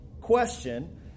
question